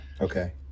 Okay